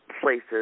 places